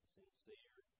sincere